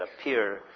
appear